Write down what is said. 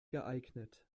geeignet